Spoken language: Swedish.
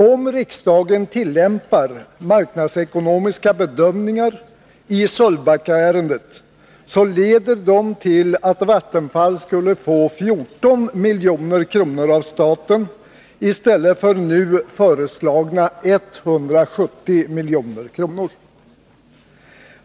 Om riksdagen tillämpar marknadsekonomiska bedömningar i Sölvbackaärendet, leder dessa till att Vattenfall får 14 milj.kr. av staten i stället för nu föreslagna 170 milj.kr.